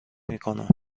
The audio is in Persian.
میکنم